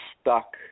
stuck